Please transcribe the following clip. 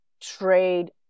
trade